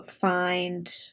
find